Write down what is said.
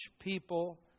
people